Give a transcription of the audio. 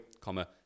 comma